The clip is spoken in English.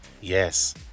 yes